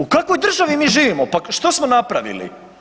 U kakvoj državi mi živimo, pa što smo napravili?